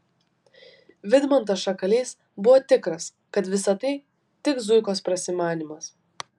vidmantas šakalys buvo tikras kad visa tai tik zuikos prasimanymas